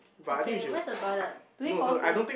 okay where's the toilet do we pause this